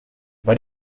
but